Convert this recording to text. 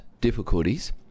difficulties